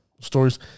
stories